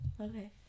Okay